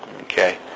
Okay